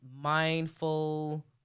Mindful